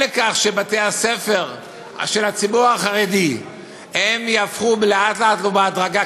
שבתי-הספר של הציבור החרדי יהפכו לאט-לאט ובהדרגה,